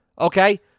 Okay